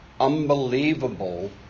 unbelievable